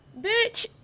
Bitch